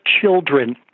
children